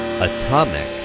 Atomic